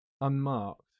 Unmarked